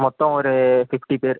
மொத்தம் ஒரு ஃபிஃப்டி பேர்